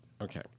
okay